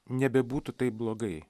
nebebūtų taip blogai